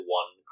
one